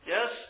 Yes